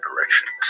directions